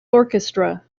orchestra